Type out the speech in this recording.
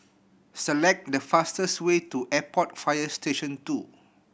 select the fastest way to Airport Fire Station Two